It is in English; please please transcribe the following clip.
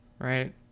right